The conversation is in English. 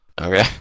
Okay